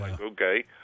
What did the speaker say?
okay